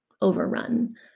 overrun